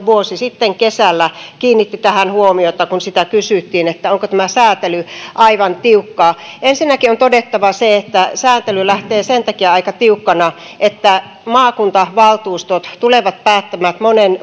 vuosi sitten kesällä kiinnitti tähän huomiota kun sitä kysyttiin onko tämä säätely aivan tiukkaa ensinnäkin on todettava se että säätely lähtee sen takia aika tiukkana että maakuntavaltuustot tulevat päättämään